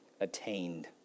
attained